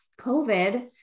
COVID